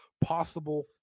possible